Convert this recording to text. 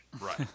right